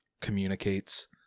communicates